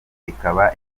ikaba